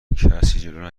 جلو